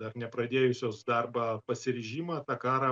dar nepradėjusios darbą pasiryžimą tą karą